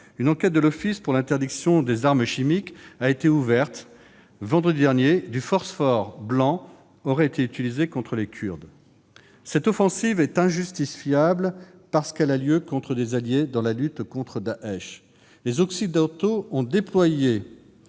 Une enquête de l'Office pour l'interdiction des armes chimiques a été ouverte vendredi dernier : du phosphore blanc aurait été utilisé contre les Kurdes. Cette offensive est injustifiable parce qu'elle a lieu contre des alliés dans la lutte contre Daech. Les Occidentaux ont déployé